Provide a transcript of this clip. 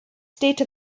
state